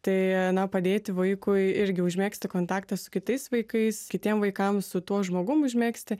tai na padėti vaikui irgi užmegzti kontaktą su kitais vaikais kitiem vaikams su tuo žmogum užmegzti